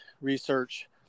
research